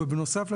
ובנוסף,